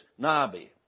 Nabi